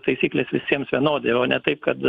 taisyklės visiems vienodai o ne taip kad